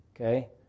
Okay